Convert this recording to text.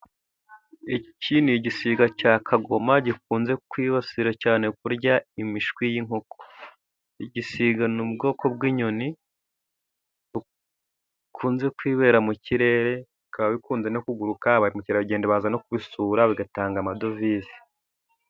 Iki ni igisiga cya kagoma gikunze kwibasira cyane kurya imishwi y'inkoko. Igisiga ni ubwoko bw'inyoni bukunze kwibera mu kirere, bikaba bikunze no kuguruka, bamukerarugendo baza no kubisura, bigatanga amadovize.